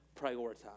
prioritize